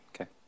okay